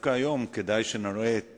שדווקא היום כדאי שנראה את